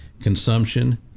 consumption